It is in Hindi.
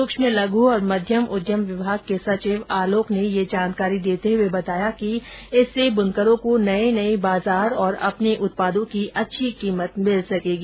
सूक्ष्म लघु और मध्यम उद्यम विभाग के संचिव आलोक ने यह जानकारी देते हुए बताया कि इससे बुनकरों को नए नए बाजार और अपने उत्पादों की अच्छी कीमत मिल सकेगी